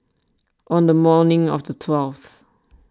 on the morning of the twelfth